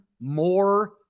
more